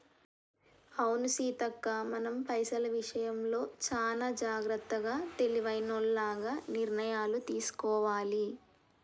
అవును సీతక్క మనం పైసల విషయంలో చానా జాగ్రత్తగా తెలివైనోల్లగ నిర్ణయాలు తీసుకోవాలి